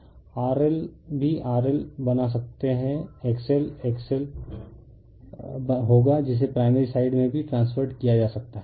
R L भी R L बना सकता है X L X L होगा जिसे प्राइमरी साइड में भी ट्रांस्फेर्रेड किया जा सकता है